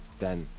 then.